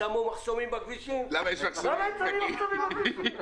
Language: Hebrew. כששמו מחסומים בכבישים למה הם שמים מחסומים בכבישים?